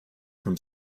from